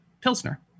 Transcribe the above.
pilsner